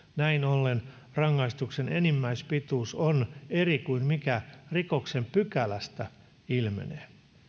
näin ollen rangaistuksen enimmäispituus on eri kuin mikä rikoksen pykälästä ilmenee